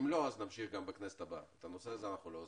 אם לא נמשיך את הנושא בכנסת הבאה את הנושא הזה אנחנו לא עוזבים.